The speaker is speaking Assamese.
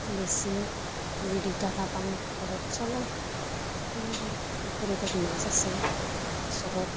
বেচি যি দুইটকা পাওঁ ঘৰত চলে এনেকৈ পুখুৰীটোত মাছ আছে ওচৰত